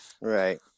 Right